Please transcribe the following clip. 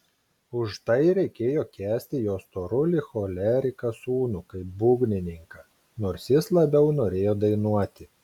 už tai reikėjo kęsti jo storulį choleriką sūnų kaip būgnininką nors jis labiau norėjo dainuoti